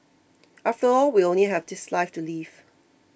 after all we only have this life to live